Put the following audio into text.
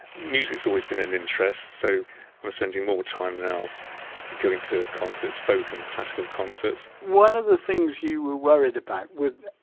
music's always been an interest, so i'm spending more time now going to concerts folk and classical concerts one of the things you were worried about was,